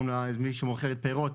מי שמוכרת פירות,